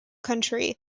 country